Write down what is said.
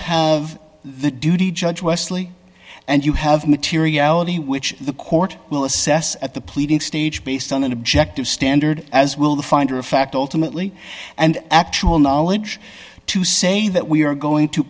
have the duty judge wesley and you have materiality which the court will assess at the pleading stage based on an objective standard as will the finder of fact ultimately and actual knowledge to say that we are going to